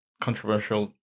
controversial